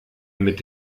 mit